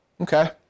Okay